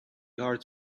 art